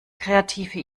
kreative